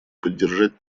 поддержать